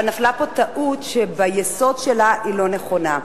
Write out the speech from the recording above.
אבל נפלה פה טעות, ביסודה אינה נכונה.